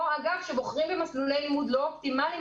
או שבוחרים במסלולי לימוד לא אופטימליים